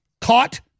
caught